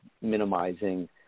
minimizing